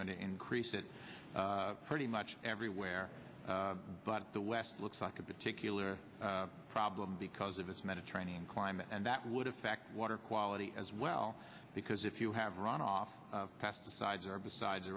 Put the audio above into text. going to increase it pretty much everywhere but the west looks like a particular problem because of its mediterranean climate and that would affect water quality as well because if you have runoff pesticides herbicides